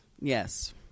Yes